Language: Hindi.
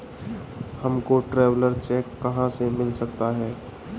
हमको ट्रैवलर चेक कहाँ से मिल सकता है?